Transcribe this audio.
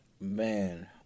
man